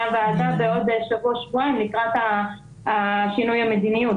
הוועדה בעוד שבוע-שבועיים לקראת שינוי המדיניות.